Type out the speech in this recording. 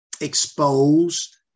exposed